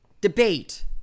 debate